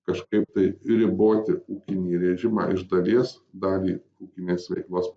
kažkaip tai riboti ūkinį režimą iš dalies dalį ūkinės veiklos